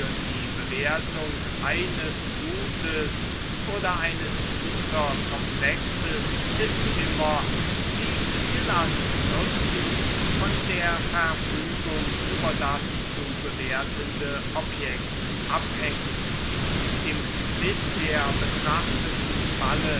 die bewertung eines gutes oder eines güterkomplexes ist immer wie viel an nutzen von der verfügung über das zu bewertende objekt abhängt im bisher betrachteten falle